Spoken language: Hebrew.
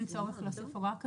אין צורך לעשות הוראה כזו,